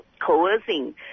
coercing